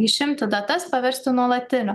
išimti datas paversti nuolatiniu